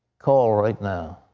call right now.